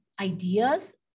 ideas